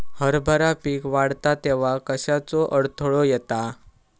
हरभरा पीक वाढता तेव्हा कश्याचो अडथलो येता?